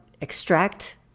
extract